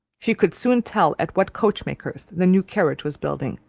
she could soon tell at what coachmaker's the new carriage was building,